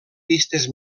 pistes